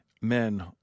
men